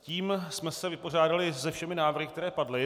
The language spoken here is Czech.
Tím jsme se vypořádali se všemi návrhy, které padly.